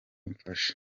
mfasha